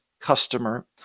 customer